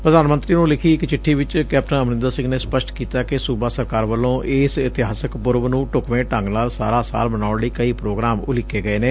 ਪ੍ਰਧਾਨ ਮੰਤਰੀ ਨੂੰ ਲਿਖੀ ਇਕ ਚਿੱਠੀ ਵਿਚ ਕੈਪਟਨ ਅਮਰਿੰਦਰ ਸਿੰਘ ਨੇ ਸਪਸ਼ਟ ਕੀਤਾ ਕਿ ਸੂਬਾ ਸਰਕਾਰ ਵੱਲੋ ਇਸ ਇਤਿਹਾਸਕ ਪੁਰਬ ਨੂੰ ਢੂਕਵੇ ਢੰਗ ਨਾਲ ਸਾਰਾ ਸਾਲ ਮਨਾਊਣ ਲਈ ਕਈ ਪ੍ਰੋਗਰਾਮ ਉਲੀਕੇ ਗਏ ਨੇ